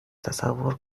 تصور